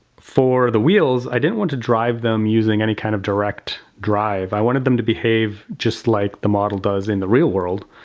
for the wheels i didn't want to drive them using any kind of direct drive i wanted them to behave just like the model does in the real world,